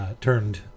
Turned